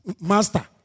master